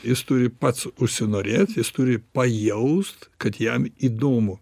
jis turi pats užsinorėt jis turi pajaust kad jam įdomu